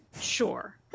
Sure